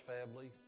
family